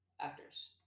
actors